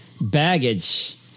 baggage